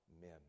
men